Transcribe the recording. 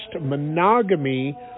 monogamy